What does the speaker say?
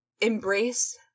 embrace